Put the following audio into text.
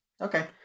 Okay